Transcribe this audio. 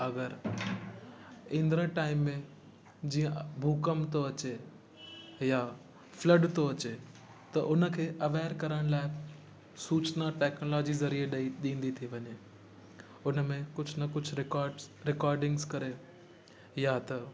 अगरि ईंदड़ु टाइम में जीअं भूकंप थो अचे या फ्लड थो अचे त उन खे अवेयर करण लाइ सूचना टेक्नोलॉजी ज़रिए ॾेई ॾींदी थी वञे उन में कुझु न कुझु रिकॉड्स रिकॉर्डिंग्स करे या त